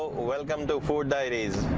welcome to food diaries